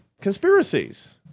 conspiracies